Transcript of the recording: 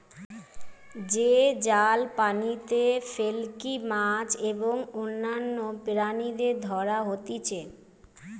যে জাল পানিতে ফেলিকি মাছ এবং অন্যান্য প্রাণীদের ধরা হতিছে